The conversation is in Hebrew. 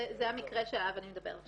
זה המקרה שעליו אני מדברת.